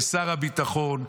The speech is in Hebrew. לשר הביטחון,